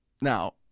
Now